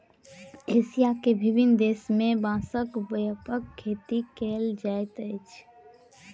Asia के विभिन्न देश में बांसक व्यापक खेती कयल जाइत अछि